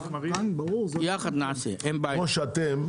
לא בדקתי את זה,